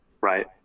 Right